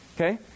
Okay